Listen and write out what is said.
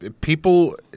people